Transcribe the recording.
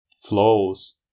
flows